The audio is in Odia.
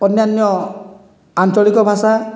ଅନ୍ୟାନ୍ୟ ଆଞ୍ଚଳିକ ଭାଷା